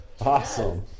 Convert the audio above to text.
Awesome